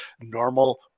normal